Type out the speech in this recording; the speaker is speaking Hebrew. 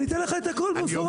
אני אתן לך את הכל במפורט.